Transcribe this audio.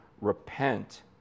repent